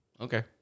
Okay